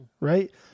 right